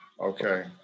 Okay